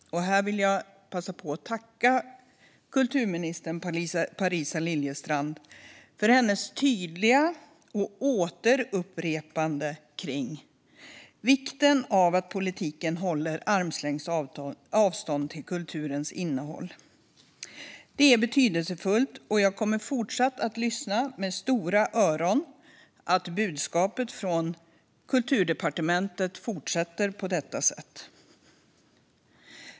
Här vill jag passa på att tacka kulturminister Parisa Liljestrand för hennes tydliga återupprepande av vikten av att politiken håller armlängds avstånd till kulturens innehåll. Det är betydelsefullt, och jag kommer med spetsade öron att fortsätta lyssna efter att budskapet från Kulturdepartementet fortsätter vara detta.